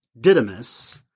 Didymus